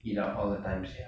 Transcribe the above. eat up all the time sia